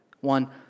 One